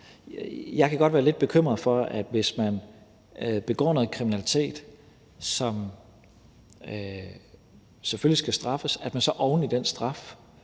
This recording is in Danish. Jeg kan godt være lidt bekymret over, at hvis man begår noget kriminalitet, som selvfølgelig skal straffes, og man så bliver straffet